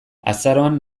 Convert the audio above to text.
azaroan